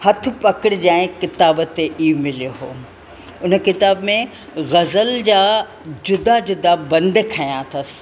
हथु पकिड़िजें किताब ते मिलियो उन किताब में ग़ज़ल जा जुदा जुदा बंद खंया अथसि